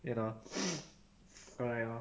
you know !aiya!